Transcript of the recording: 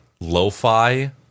lo-fi